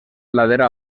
ladera